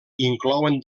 inclouen